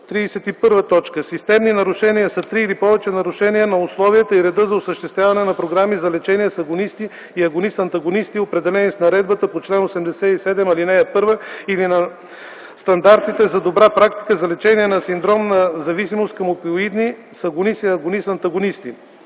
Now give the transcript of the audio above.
„Системни нарушения” са три или повече нарушения на условията и реда за осъществяване на програми за лечение с агонисти и агонист-антагонисти, определени с наредбата по чл. 87, ал. 1, или на стандартите за добра практика за лечение на синдром на зависимост към опиоиди с агонисти и агонист-антагонисти.”